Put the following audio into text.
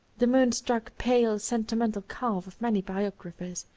the moonstruck, pale, sentimental calf of many biographers,